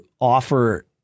offer